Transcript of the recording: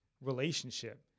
relationship